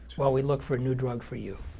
while we look for a new drug for you.